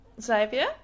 Xavier